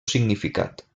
significat